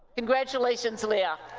congratulat ions, leah.